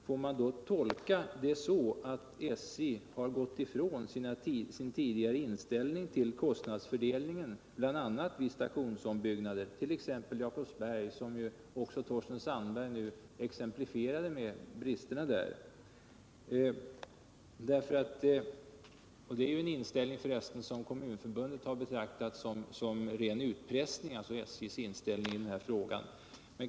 Får man tolka svaret så att SJ har gått ifrån sin tidigare inställning till kostnadsfördelningen, bl.a. till stationsutbyggnader, t.ex. vid Jakobsberg, som också Torsten Sandberg angav som exempel, med dess brister? SJ:s inställning i den frågan har av Kommunförbundet betraktats som ren utpressning.